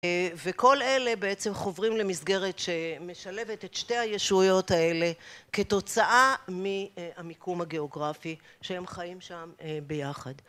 וכל אלה בעצם חוברים למסגרת שמשלבת את שתי הישויות האלה כתוצאה מהמיקום הגיאוגרפי שהם חיים שם ביחד.